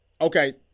Okay